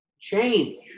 Change